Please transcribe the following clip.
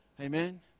Amen